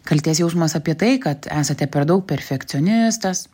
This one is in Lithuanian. kaltės jausmas apie tai kad esate per daug perfekcionistas